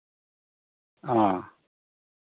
ᱚ